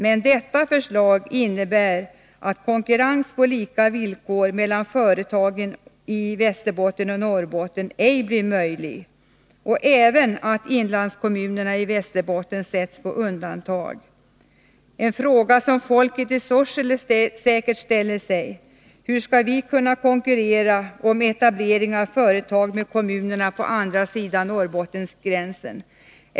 Men detta förslag innebär att konkurrens på lika villkor mellan företagen i Västerbotten och Norrbotten ej blir möjlig och att inlandskommunerna i Västerbotten sätts på undantag. En fråga som folket i Sorsele säkert ställer sig är denna: Hur skall vi kunna konkurrera med kommunerna på andra sidan Norrbottensgränsen när det gäller etablering av företag?